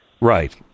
right